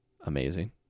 amazing